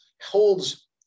holds